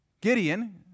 Gideon